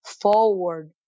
forward